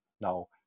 now